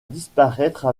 disparaître